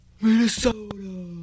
Minnesota